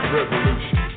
revolution